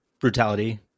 Brutality